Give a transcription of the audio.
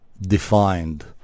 defined